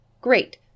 Great